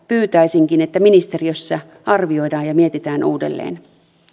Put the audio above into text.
pyytäisinkin että tätä ministeriössä arvioidaan ja mietitään uudelleen